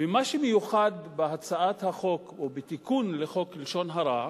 מה שמיוחד בתיקון לחוק לשון הרע,